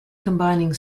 combining